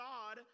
God